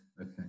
Okay